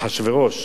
אחשוורוש